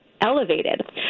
elevated